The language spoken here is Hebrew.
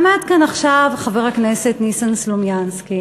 עמד כאן עכשיו חבר הכנסת ניסן סלומינסקי,